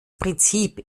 prinzip